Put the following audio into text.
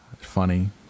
funny